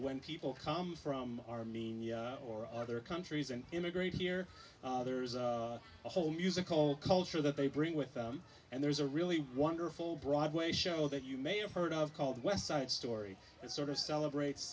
when people come from army or other countries and immigrate here there's a whole musical culture that they bring with them and there's a really wonderful broadway show that you may have heard of called west side story it's sort of celebrates